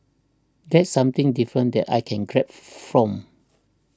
that's something different that I can grab from